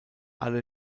alle